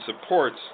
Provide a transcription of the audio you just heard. supports